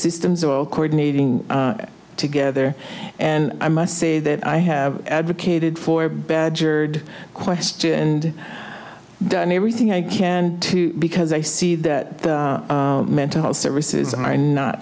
system is all coordinating together and i must say that i have advocated for badgered question and done everything i can because i see that the mental health services are not